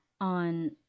on